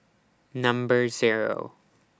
Number Zero